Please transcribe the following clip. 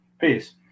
peace